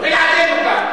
מה הייתם עושים בלעדינו כאן?